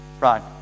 right